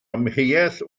amheuaeth